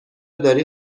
داری